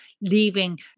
leaving